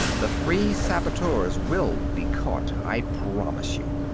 the three saboteurs will be caught, i promise you.